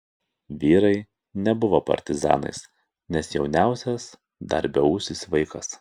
vyrai nebuvo partizanais nes jauniausias dar beūsis vaikas